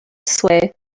sway